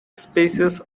spaces